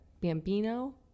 Bambino